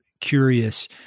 curious